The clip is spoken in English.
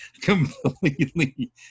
completely –